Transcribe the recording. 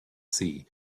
see